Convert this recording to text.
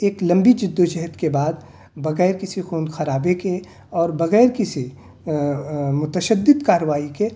ایک لمبی جدّ و جہد کے بعد بغیر کسی خون خرابے کے اور بغیر کسی متشدد کارروائی کے